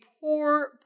poor